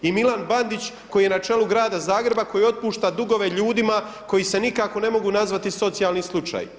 I Milan Bandić koji je na čelu grada Zagreba, koji otpušta dugove ljudima koji se nikako ne mogu nazvati socijalni slučaj.